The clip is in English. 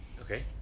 okay